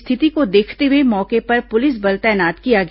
स्थिति को देखते हुए मौके पर पुलिस बल तैनात किया गया